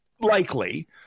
likely